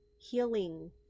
healing